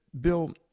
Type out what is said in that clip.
bill